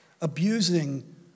abusing